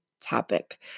topic